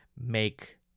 make